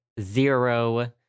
zero